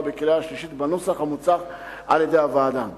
ובקריאה השלישית בנוסח המוצע על-ידי הוועדה.